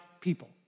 people